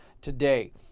today